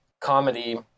comedy